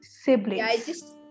siblings